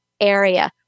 area